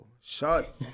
Shut